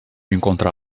encontrá